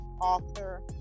author